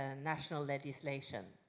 and national legislation?